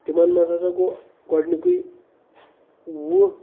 تِمَن منٛز ہَسا گوٚو گۄڈنِکُے وُہ